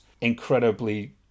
Incredibly